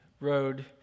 road